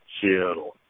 Seattle